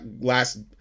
last